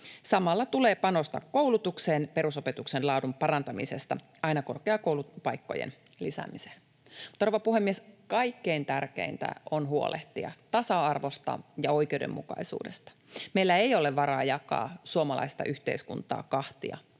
Samalla tulee panostaa koulutukseen perusopetuksen laadun parantamisesta aina korkeakoulupaikkojen lisäämiseen. Rouva puhemies! Kaikkein tärkeintä on huolehtia tasa-arvosta ja oikeudenmukaisuudesta. Meillä ei ole varaa jakaa suomalaista yhteiskuntaa kahtia